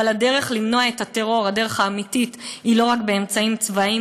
אבל הדרך האמיתית למנוע את הטרור היא לא רק באמצעים צבאיים,